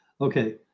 okay